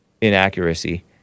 inaccuracy